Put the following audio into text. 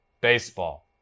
baseball